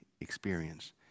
experience